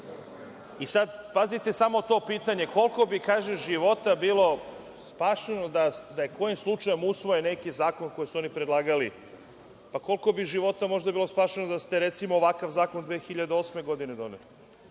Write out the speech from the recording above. i sada pazite samo to pitanje – koliko bi života bilo spašeno da je kojim slučajem usvojen neki zakon koji su oni predlagali? Koliko bi života bilo spašeno da ste recimo ovakav zakon 2008. godine doneli